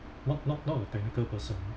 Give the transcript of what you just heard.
not not not a technical person